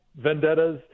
Vendettas